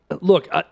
look